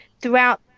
throughout